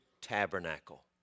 tabernacle